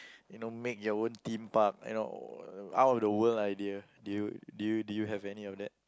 you know make your own Theme Park you know out of the world idea do you do you do you have any of that